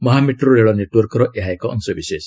ମହା ମେଟ୍ରୋ ରେଳ ନେଟ୍ୱର୍କର ଏହା ଏକ ଅଂଶବିଶେଷ